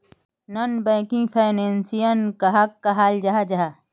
Non banking financial कहाक कहाल जाहा जाहा?